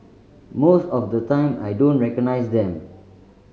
most of the time I don't recognise them